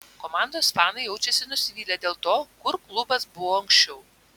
komandos fanai jaučiasi nusivylę dėl to kur klubas buvo anksčiau